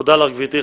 תודה לך, גברתי.